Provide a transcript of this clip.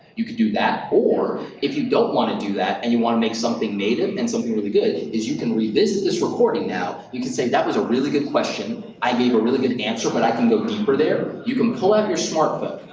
you could do that or if you don't wanna do that and you wanna make something native and something really good, is you can revisit this recording now. you can say, that was a really good question. i gave a really good answer but i can go deeper there. you can pull out your smart phone,